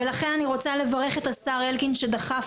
ולכן אני רוצה לברך את השר אלקין שדחף